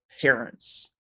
parents